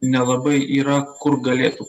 nelabai yra kur galėtų